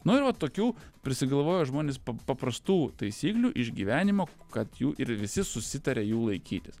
nu ir vat tokių prisigalvojo žmonės pa paprastų taisyklių išgyvenimo kad jų ir visi susitaria jų laikytis